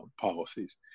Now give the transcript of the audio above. policies